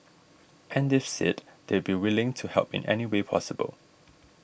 and they've said they'd be willing to help in any way possible